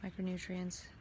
micronutrients